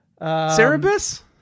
Cerebus